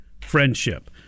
friendship